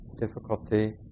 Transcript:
difficulty